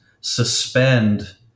suspend